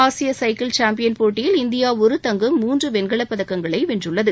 ஆசிய cycle champion போட்டியில் India ஒரு தங்கம் மூன்று வெண்கலப்பதக்கங்களை வென்றது